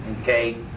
okay